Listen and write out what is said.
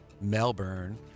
Melbourne